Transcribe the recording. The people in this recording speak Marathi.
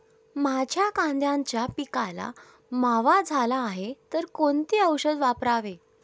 माझ्या कांद्याच्या पिकाला मावा झाला आहे तर कोणते औषध वापरावे?